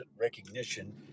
recognition